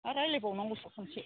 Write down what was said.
आरो रायज्लायबावनांगौ खनसे